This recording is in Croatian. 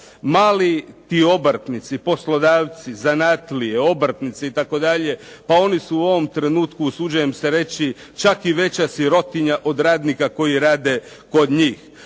Mali ti obrtnici, poslodavci, zanatlije, obrtnici itd., pa oni su u ovom trenutku usuđujem se reći čak i veća sirotinja od radnika koji rade kod njih.